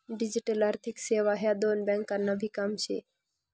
digital आर्थिक सेवा ह्या देना ब्यांकनभी काम शे